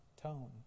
tone